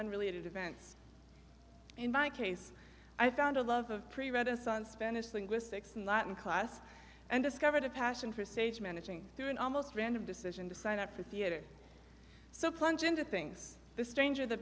unrelated events in my case i found a love of preventers and spanish linguistics in latin class and discovered a passion for stage managing through an almost random decision to sign up for theatre so plunge into things the stranger the